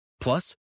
Plus